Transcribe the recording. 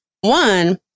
one